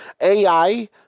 AI